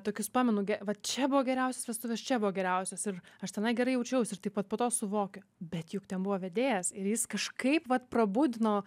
tokius pamenu gi va čia buvo geriausias vestuvės čia buvo geriausios ir aš tenai gerai jaučiausi ir taip vat po to suvokiu bet juk ten buvo vedėjas ir jis kažkaip vat prabudino